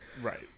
right